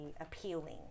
appealing